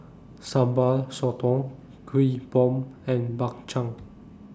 Sambal Sotong Kuih Bom and Bak Chang